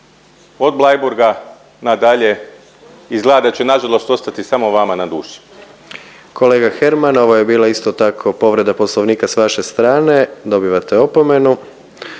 od Bleiburga na dalje izgleda da će nažalost ostati samo vama na duši. **Jandroković, Gordan (HDZ)** Kolega Herman ovo je bila isto tako povreda Poslovnika s vaše strane. Dobivate opomenu.